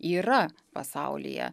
yra pasaulyje